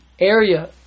area